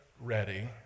ready